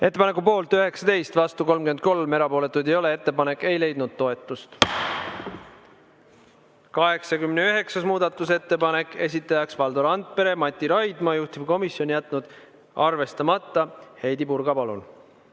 Ettepaneku poolt 19, vastu 33, erapooletuid ei ole. Ettepanek ei leidnud toetust. 89. muudatusettepanek, esitajad Valdo Randpere ja Mati Raidma, juhtivkomisjon jätnud arvestamata. Heidy Purga, palun!